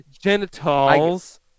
genitals